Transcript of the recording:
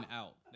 out